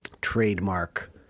trademark